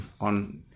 on